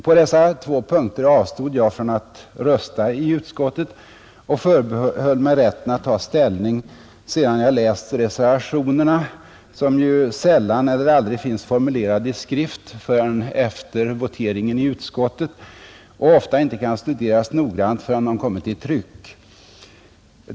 På dessa två punkter avstod jag från att rösta i utskottet och förbehöll mig rätten att ta ställning sedan jag läst reservationerna, som ju sällan eller aldrig finns formulerade i skrift förrän efter voteringen i utskottet och ofta inte kan studeras noggrant förrän de kommit i tryck.